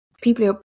people